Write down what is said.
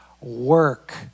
work